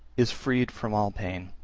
is freed from all pain.